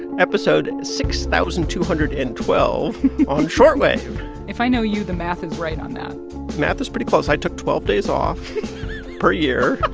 episode six thousand two hundred and twelve on short wave if i know you, the math is right on that math is pretty close. i took twelve days off per year.